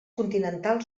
continental